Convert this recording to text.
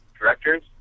directors